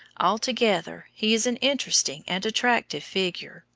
altogether, he is an interesting and attractive figure,